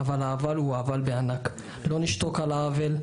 אבל הוא אבל בענק: לא נשתוק על העוול,